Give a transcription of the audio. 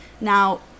Now